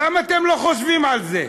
למה אתם לא חושבים על זה?